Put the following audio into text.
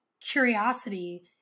curiosity